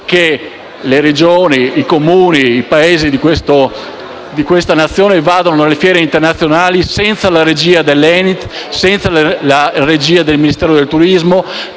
che le Regioni, i Comuni e i paesi di questa Nazione vadano alle fiere internazionali senza la regia dell'ENIT, senza la regia del Ministero del turismo,